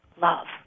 love